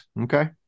okay